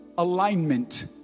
Alignment